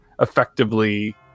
effectively